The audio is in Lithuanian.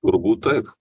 turbūt taip